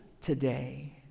today